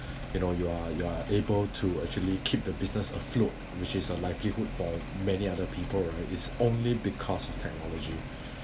you know you're you're able to actually keep the business afloat which is a likelihood for many other people right it's only because of technology